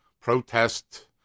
protest